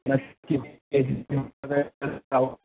नक्की एज